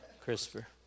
Christopher